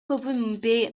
көбү